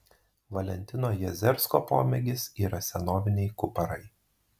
valentino jazersko pomėgis yra senoviniai kuparai